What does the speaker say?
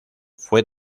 fue